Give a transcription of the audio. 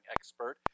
expert